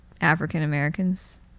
African-Americans